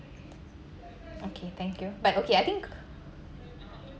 okay thank you but okay I think